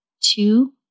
two